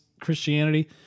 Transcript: Christianity